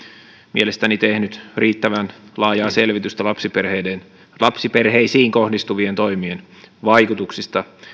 mielestäni tehnyt riittävän laajaa selvitystä lapsiperheisiin lapsiperheisiin kohdistuvien toimien vaikutuksista